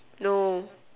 no